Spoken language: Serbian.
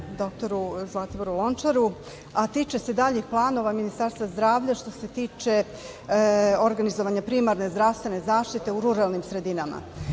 dr Zlatiboru Lončaru, a tiče se daljih planova Ministarstva zdravlja što se tiče organizovanja primarne zdravstvene zaštite u ruralnim sredinama. Naime,